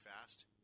fast